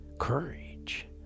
courage